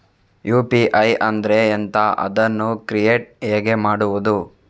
UPI ಅಂದ್ರೆ ಎಂಥ? ಅದನ್ನು ಕ್ರಿಯೇಟ್ ಹೇಗೆ ಮಾಡುವುದು?